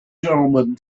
gentlemen